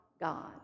God